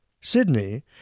Sydney